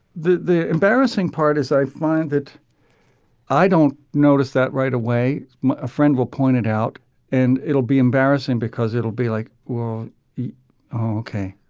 the the embarrassing part is i find that i don't notice that right away a friend will point it out and it'll be embarrassing because it'll be like whoa oh ok.